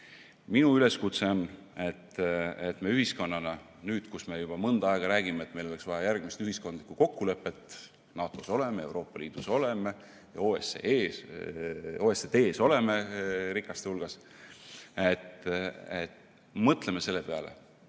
Minu üleskutse on, et me ühiskonnana nüüd, kui me juba mõnda aega oleme rääkinud, et meil oleks vaja järgmist ühiskondlikku kokkulepet – NATO‑s oleme, Euroopa Liidus oleme, OECD‑s oleme, rikaste hulgas –, mõtleme selle peale,